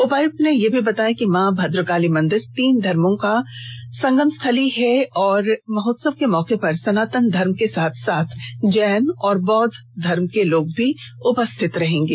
उपायुक्त ने यह भी बताया कि मां भद्रकाली मंदिर तीन धर्मो की संगम स्थली है और महोत्सव के मौके पर सनातन धर्म के साथ साथ जैन और बौद्ध लोग भी उपस्थित रहेंगे